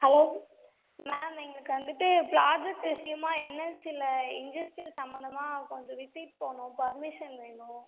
hello ma'am எங்களுக்கு வந்துவிட்டு project விஷயமாக என்எல்சியில் இண்டஸ்ட்ரியல் சம்மந்தமாக கொஞ்சம் விசிட் போகணும் பர்மிஷன் வேணும்